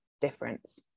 difference